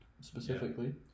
Specifically